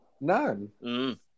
None